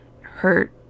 hurt